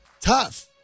tough